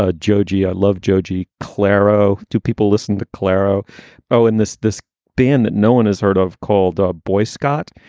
ah joji, i love joji claro. two people listen to calero o in this this band that no one has heard of called a boy scott,